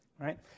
right